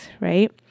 right